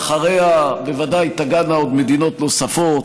ואחריהן בוודאי תגענה עוד מדינות נוספות.